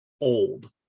old